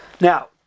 Now